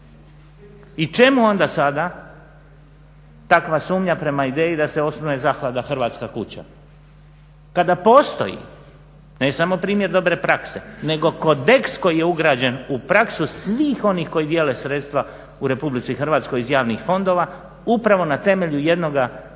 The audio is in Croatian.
I čemu onda sada takva sumnja prema ideji da se osnuje zaklada "Hrvatska kuća" kada postoji ne samo primjer dobre prakse nego kodeks koji je ugrađen u praksu svih onih koji dijele sredstva u Republici Hrvatskoj iz javnih fondova upravo na temelju jednoga